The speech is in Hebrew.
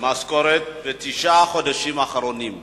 לא קיבלו משכורת בתשעת החודשים האחרונים.